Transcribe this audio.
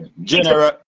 General